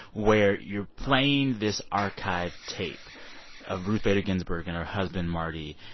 where you're playing this archived tape of ruth bader ginsburg and her husband, marty.